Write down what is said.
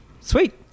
Sweet